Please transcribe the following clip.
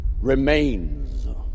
remains